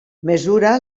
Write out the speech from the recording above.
mesura